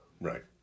Right